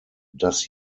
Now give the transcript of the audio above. does